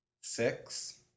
six